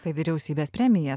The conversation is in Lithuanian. tai vyriausybės premija